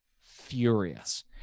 furious